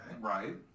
Right